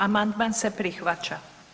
Amandman se prihvaća.